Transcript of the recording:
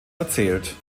erzählt